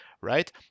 right